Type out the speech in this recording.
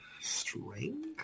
Strength